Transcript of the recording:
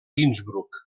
innsbruck